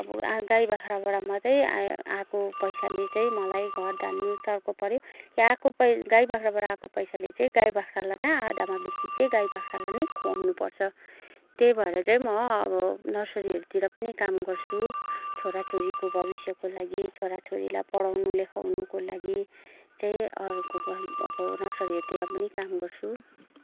अब गाई बाख्रबाट मात्रै आए आएको पैसाले चाहिँ मलाई घर धान्न चर्को पऱ्यो गाई बाख्राबाट आएको पैसाले चाहिँ गाई बाख्रालाई नै आधामा बेसी चाहिँ गाई बाख्रालाई नै खुवाउनु पर्छ त्यही भएर चाहिँ म अब नर्सरिहरूतिर पनि काम गर्छु छोरा छोरीको भविष्यको लागि छोरा छोरीलाई पढाउनु लेखाउनुको लागि चाहिँ अरूको घर अब नर्सरिहरूतिर पनि काम गर्छु